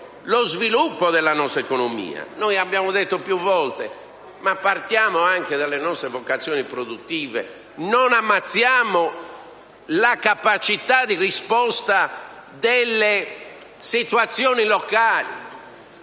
sviluppo della nostra economia. Abbiamo detto più volte di partire dalle nostre vocazioni produttive e di non ammazzare la capacità di risposta delle situazioni locali.